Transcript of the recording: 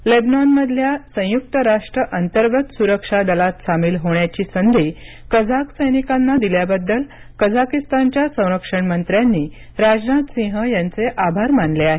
लेबनॉनमधल्या संयुक राष्ट्र अंतर्गत सुरक्षा दलात सामील होण्याची संधी कझाक सैनिकांना दिल्याबद्दल कझाकिस्तानच्या संरक्षण मंत्र्यांनी राजनाथ सिंह यांचे आभार मानले आहेत